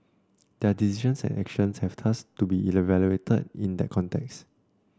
their decisions and actions have thus to be evaluated in that context